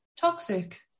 toxic